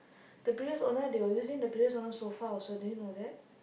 the previous owner they were using the previous owner sofa also do you know that